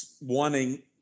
wanting